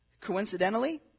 Coincidentally